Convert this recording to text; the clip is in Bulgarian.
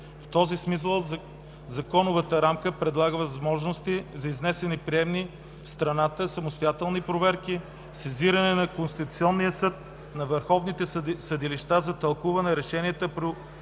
В този смисъл законовата рамка предлага възможности за изнесени приемни в страната, самостоятелни проверки, сезиране на Конституционния съд, на върховните съдилища за тълкуване на решенията при